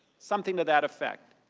something to that effect.